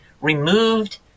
removed